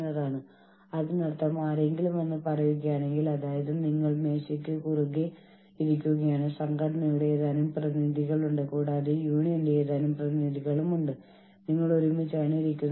അതിനാൽ യഥാർത്ഥത്തിൽ ചെയ്യേണ്ട ജോലികൾ ചെയ്യുന്ന ആളുകളും നിയമങ്ങൾ നടപ്പിലാക്കുന്നത് ഉറപ്പാക്കുന്ന ആളുകളും ജോലികൾ ശരിയായ രീതിയിൽ നിയമങ്ങൾ പാലിച്ച് ചെയ്തുവെന്ന് ഉറപ്പാക്കുന്നു